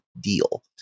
deal